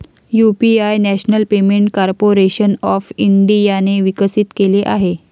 UPI national payment corporation of इंडियाने विकसित केले आहे